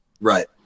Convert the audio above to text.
Right